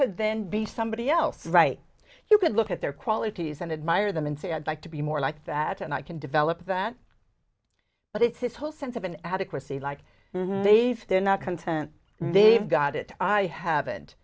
to then be somebody else right you can look at their qualities and admire them and say i'd like to be more like that and i can develop that but it's his whole sense of an adequacy like they've they're not content they've got it i haven't